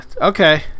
Okay